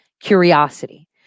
curiosity